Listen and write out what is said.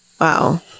Wow